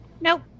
nope